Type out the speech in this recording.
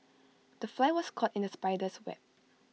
the fly was caught in the spider's web